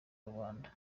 rubanda